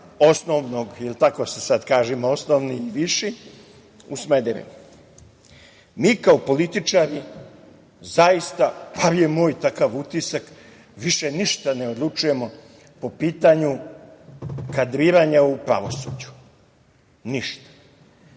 osnovnog, jel tako se sad kaže, ima osnovni i viši, u Smederevu. Mi kao političari zaista, da li je moj takav utisak, više ništa ne odlučujemo po pitanju kadriranja u pravosuđu, ništa.